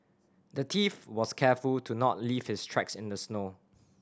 the thief was careful to not leave his tracks in the snow